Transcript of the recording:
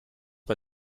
bei